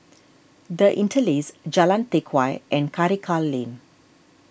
the Interlace Jalan Teck Whye and Karikal Lane